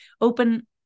open